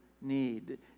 need